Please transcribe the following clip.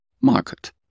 market